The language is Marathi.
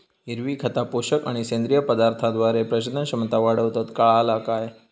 हिरवी खता, पोषक आणि सेंद्रिय पदार्थांद्वारे प्रजनन क्षमता वाढवतत, काळाला काय?